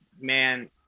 man